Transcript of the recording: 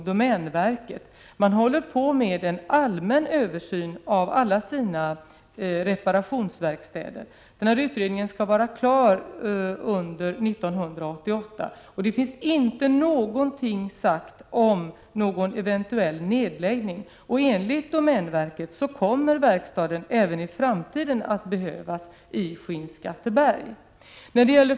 Domänverket håller på med en allmän översyn av alla reparationsverkstäder. Denna översyn skall vara klar under 1988. Det finns inte någonting sagt om någon eventuell nedläggning. Enligt domänverket kommer verkstaden i Skinnskatteberg att behövas även i framtiden.